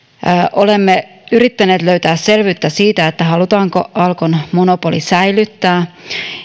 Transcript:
olemme yrittäneet löytää selvyyttä siitä halutaanko alkon monopoli säilyttää